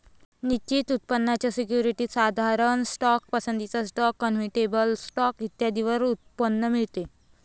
निश्चित उत्पन्नाच्या सिक्युरिटीज, साधारण स्टॉक, पसंतीचा स्टॉक, कन्व्हर्टिबल स्टॉक इत्यादींवर उत्पन्न मिळते